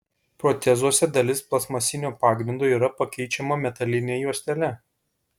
protezuose dalis plastmasinio pagrindo yra pakeičiama metaline juostele